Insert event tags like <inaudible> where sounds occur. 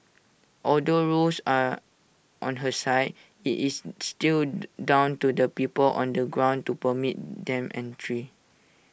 although rules are on her side IT is <noise> still <noise> down to the people on the ground to permit them entry